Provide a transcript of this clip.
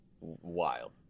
Wild